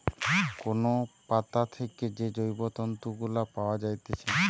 কোন পাতা থেকে যে জৈব তন্তু গুলা পায়া যাইতেছে